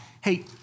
hey